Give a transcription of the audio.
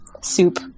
soup